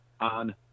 on